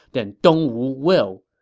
then dongwu will.